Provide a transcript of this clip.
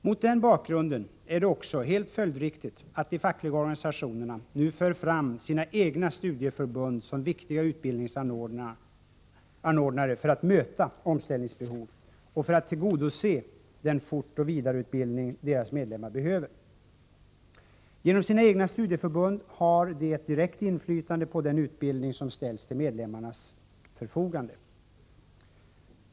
Mot den bakgrunden är det också helt följdriktigt att de fackliga organisationerna nu för fram sina egna studieförbund som viktiga utbildningsanordnare för att möta omställningsbehov och för att tillgodose den fortoch vidareutbildning deras medlemmar behöver. Genom sina egna studieförbund har de ett direkt inflytande på den utbildning som ställs till medlemmarnas förfogande.